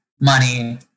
money